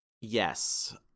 Yes